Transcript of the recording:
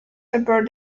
aboard